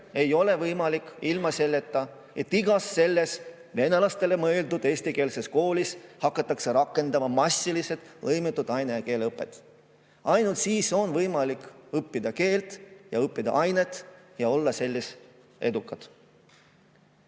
ei ole võimalik ilma selleta, et igas venelastele mõeldud eestikeelses koolis hakatakse massiliselt rakendama lõimitud aine- ja keeleõpet. Ainult siis on võimalik õppida keelt, õppida aineid ja olla selles edukad.